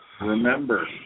remember